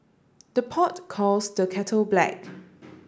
the pot calls the kettle black